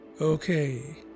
Okay